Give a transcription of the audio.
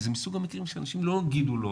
זה מסוג המקרים שאנשים לא יגידו לא,